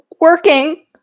working